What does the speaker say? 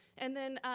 and then,